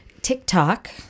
TikTok